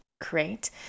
great